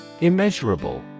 Immeasurable